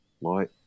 right